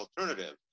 alternative